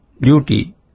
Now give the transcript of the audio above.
duty